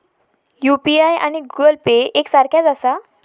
UPI आणि Google Pay एक सारख्याच आसा?